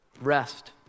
rest